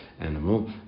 animal